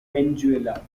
venezuela